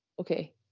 Okay